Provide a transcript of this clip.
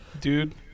dude